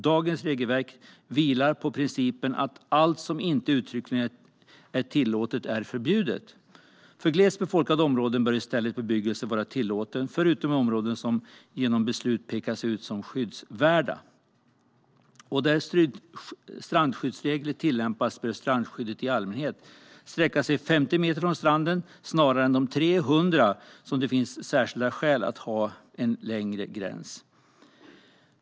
Dagens regelverk vilar på principen att allt som inte uttryckligen är tillåtet är förbjudet. För glest befolkade områden bör i stället bebyggelse vara tillåten, utom i områden som genom beslut pekas ut som skyddsvärda. Där strandskyddsregler tillämpas bör strandskyddet i allmänhet sträcka sig 50 meter från stranden, snarare än 300 meter, om det inte finns särskilda skäl att ha en längre gräns.